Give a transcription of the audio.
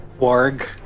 Warg